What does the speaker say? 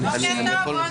הצבעה לא אושרו.